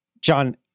John